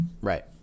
Right